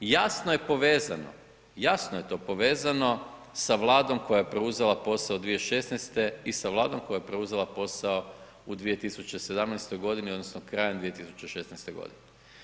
Jasno je povezano, jasno je to povezano sa vladom koja je preuzela posao 2016. i sa vladom koja je preuzela posao u 2017. godine, odnosno krajem 2016. godine.